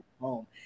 home